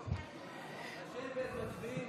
תודה רבה.